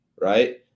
right